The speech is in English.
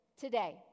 today